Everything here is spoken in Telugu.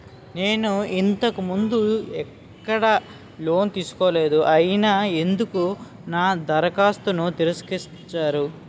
నేను ఇంతకు ముందు ఎక్కడ లోన్ తీసుకోలేదు అయినా ఎందుకు నా దరఖాస్తును తిరస్కరించారు?